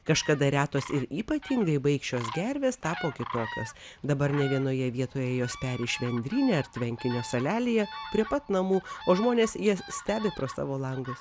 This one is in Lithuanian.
kažkada retos ir ypatingai baikščios gervės tapo tokios dabar ne vienoje vietoje jos peri švendryne ar tvenkinio salelėje prie pat namų o žmonės jas stebi pro savo langus